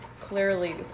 clearly